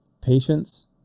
patience